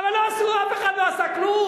אני באופוזיציה, אבל לא עשו, אף אחד לא עשה כלום.